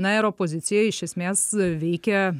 na ir opozicija iš esmės veikia